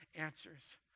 answers